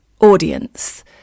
audience